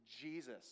Jesus